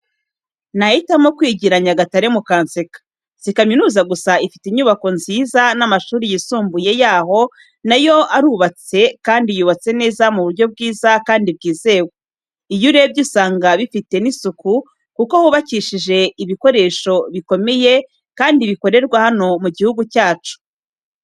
Nahitamo kwigira Nyagatare mukanseka, si kaminuza gusa ifite inyubako nziza n'amashuri yisumbuye yaho na yo arubatse kandi yubatse neza mu buryo bwiza kandi bwizewe. Iyo urebye usanga hafite n'isuku kuko hubakishije ibikoresho bikomeye kandi bikorerwa hano mu gihugu cyacu.